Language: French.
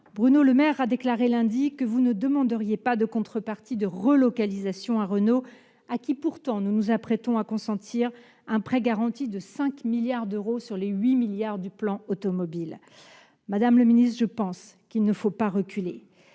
Bruno Le Maire a déclaré lundi que vous ne demanderiez pas de contreparties, en termes de relocalisation, à Renault, à qui nous nous apprêtons pourtant à consentir un prêt garanti de 5 milliards d'euros, sur les 8 milliards d'euros du plan automobile. Madame la secrétaire d'État, je pense qu'il ne faut pas reculer.